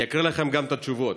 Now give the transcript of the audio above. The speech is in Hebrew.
אני אקריא לכם גם את התשובות.